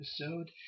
episode